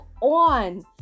on